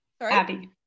Abby